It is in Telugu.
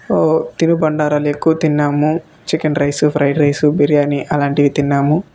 తినుబండారాలు ఎక్కువ తిన్నాము chicken rice fried rice biryani అలాంటివి తిన్నాము